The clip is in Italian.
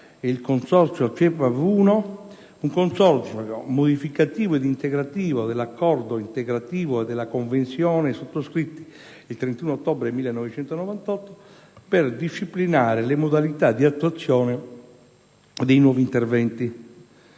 il consorzio Cepav Uno un accordo modificativo ed integrativo dell'accordo integrativo e della convenzione sottoscritti il 31 luglio del 1998, per disciplinare le modalità di attuazione dei nuovi interventi.